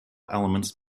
elements